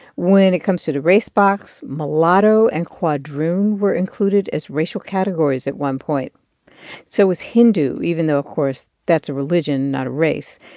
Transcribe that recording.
when it comes to the race box, mulatto and quadroon were included as racial categories at one point so was hindu even though, of course, that's a religion, not a race.